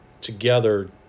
together